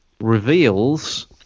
reveals